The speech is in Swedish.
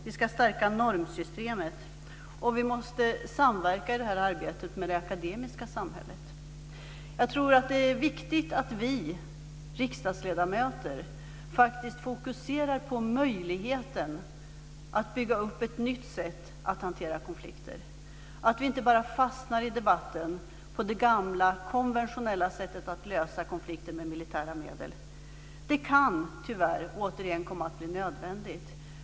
Vi ska stärka normsystemet, och vi måste samverka i det här arbetet med det akademiska samhället. Jag tror att det är viktigt att vi riksdagsledamöter faktiskt fokuserar på möjligheten att bygga upp ett nytt sätt att hantera konflikter, så att vi inte bara fastnar i debatten om det gamla konventionella sättet att lösa konflikter med militära medel. Det kan tyvärr, återigen, komma att bli nödvändigt.